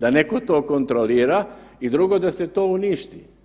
da netko to kontrolira i drugo, da se to uništi.